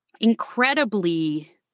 incredibly